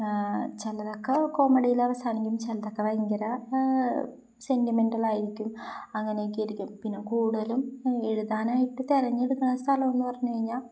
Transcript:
ചിലതൊക്കെ കോമഡിയില് അവസാനിക്കും ചിലതൊക്കെ ഭയങ്കരം സെൻറ്റിമെൻറലായിരിക്കും അങ്ങനെയൊക്കെ ആയിരിക്കും പിന്നെ കൂടുതലും എഴുതാനായിട്ട് തെരഞ്ഞെടുക്കുന്ന സ്ഥലമെന്ന് പറഞ്ഞുകഴിഞ്ഞാല്